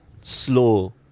slow